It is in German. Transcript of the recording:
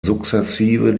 sukzessive